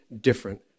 different